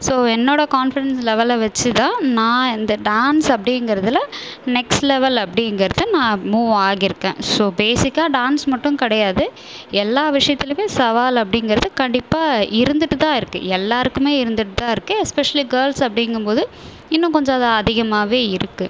so என்னோடய confidence லெவலில் வச்சு தான் நான் இந்த டான்ஸ் அப்படிங்கறதுல நெக்ஸ்ட் லெவல் அப்படிங்கறத நான் மூவ் ஆகியிருக்கேன் ஸோ பேசிக்காக டான்ஸ் மட்டும் கிடையாது எல்லா விஷயத்திலுமே சவால் அப்படிங்கறது கண்டிப்பாக இருந்துட்டுதான் இருக்குது எல்லோருக்குமே இருந்துட்டுதாருக்கு எஸ்ப்பெஷலி கேல்ஸ் அப்படிங்கும் போது இன்னும் கொஞ்சம் அது அதிகமாகவே இருக்குது